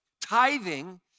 Tithing